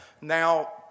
Now